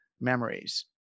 memories